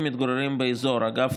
ביקרתי,